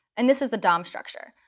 and this is the dom structure,